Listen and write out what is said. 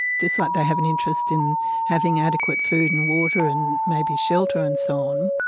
just like they have an interest in having adequate food and water and maybe shelter and so on.